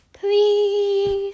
please